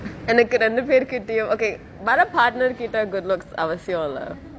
எனக்கு இரண்டு பேருகிட்டயும்:enaku rendu perukittaiyum okay வர:vara partner கிட்டே:kittae good looks அவசியம் இல்லே:avasiyam illae